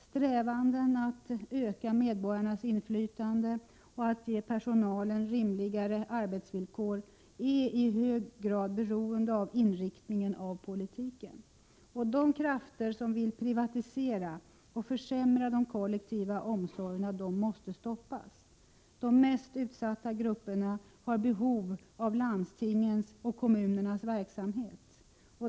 Strävandena att öka medborgarnas inflytande och att ge personalen rimligare arbetsvillkor är i hög grad beroende av inriktningen av politiken. De krafter som vill privatisera och försämra de kollektiva omsorgerna måste stoppas. De mest utsatta grupperna har behov av landstingens och kommunernas verksamhet.